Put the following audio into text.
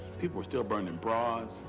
people were still burning bras.